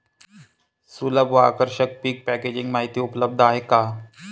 सुलभ व आकर्षक पीक पॅकेजिंग माहिती उपलब्ध आहे का?